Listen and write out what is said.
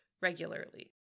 regularly